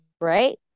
right